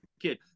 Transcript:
kid